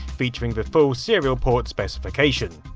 featuring the full serial port specification.